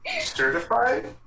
Certified